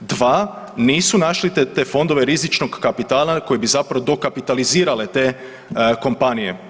Dva nisu našli te fondove rizičnog kapitala koji bi zapravo dokapitalizirale te kompanije.